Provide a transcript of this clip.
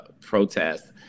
protests